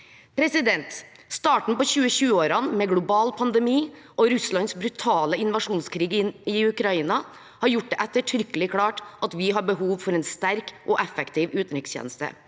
fulgt. Starten på 2020-årene, med global pandemi og Russlands brutale invasjonskrig i Ukraina, har gjort det ettertrykkelig klart at vi har behov for en sterk og effektiv utenrikstjeneste.